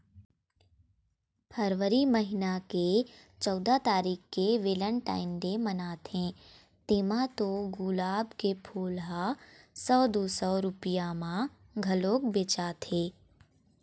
फरवरी महिना के चउदा तारीख के वेलेनटाइन डे मनाथे तेमा तो गुलाब के फूल ह सौ दू सौ रूपिया म घलोक बेचाथे